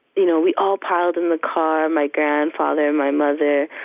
you know we all piled in the car, my grandfather, my mother,